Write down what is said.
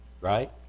right